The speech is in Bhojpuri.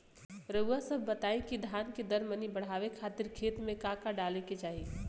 रउआ सभ बताई कि धान के दर मनी बड़ावे खातिर खेत में का का डाले के चाही?